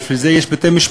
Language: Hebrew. בשביל זה יש בתי-משפט.